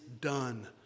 done